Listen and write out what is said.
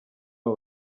abo